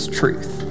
truth